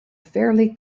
fairly